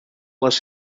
les